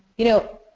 you know,